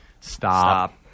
Stop